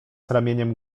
ramieniem